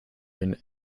and